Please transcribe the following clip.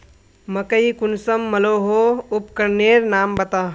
मकई कुंसम मलोहो उपकरनेर नाम बता?